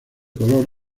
color